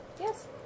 Yes